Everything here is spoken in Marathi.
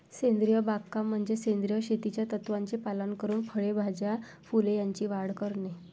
सेंद्रिय बागकाम म्हणजे सेंद्रिय शेतीच्या तत्त्वांचे पालन करून फळे, भाज्या, फुले यांची वाढ करणे